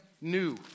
new